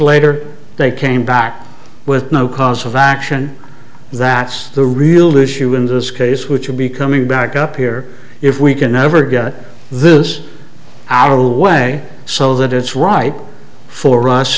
later they came back with no cause of action that the real issue in this case which will be coming back up here if we can never get this out of the way so that it's right for us